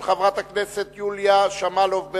של חברת הכנסת יוליה שמאלוב-ברקוביץ,